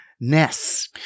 ness